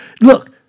Look